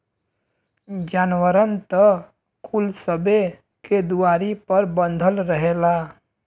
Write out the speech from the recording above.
जानवरन त कुल सबे के दुआरी पर बँधल रहेला